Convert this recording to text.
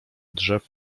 drzew